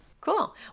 cool